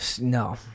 No